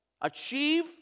Achieve